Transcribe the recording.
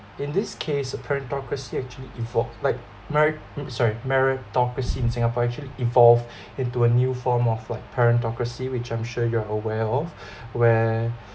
in this case a parentocracy actually evo~ like meri~ sorry meritocracy in singapore actually evolved into a new form of like parentocracy which I'm sure you are aware of where